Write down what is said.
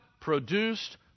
produced